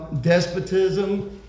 despotism